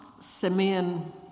Simeon